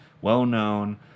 well-known